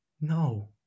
No